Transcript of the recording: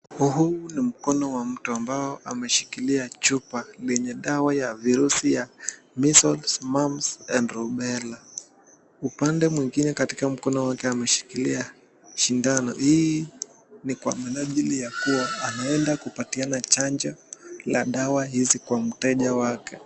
Huu ni mkono wa mtu ambao ameshikilia chupa yenye dawa ya virusi ya measles, mumps and rubella .Upande mwingine katika mkono wake ameshikilia sindano hii ni kwa minajili ya kuwa ameenda kupatiana chanjo la dawa hizi kwa mteja wake.